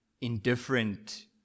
indifferent